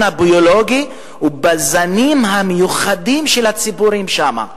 הביולוגי ובזנים המיוחדים של הציפורים שם.